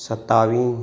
सतावीह